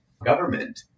government